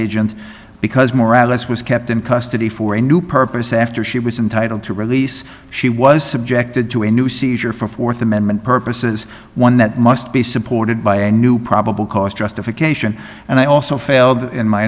agent because morales was kept in custody for a new purpose after she was entitle to release she was subjected to a new seizure for fourth amendment purposes one that must be supported by a new probable cause justification and i also failed in my